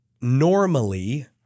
normally